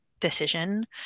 decision